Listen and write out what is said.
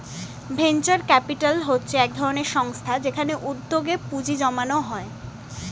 venture capital হচ্ছে একধরনের সংস্থা যেখানে উদ্যোগে পুঁজি জমানো হয়